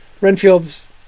Renfield's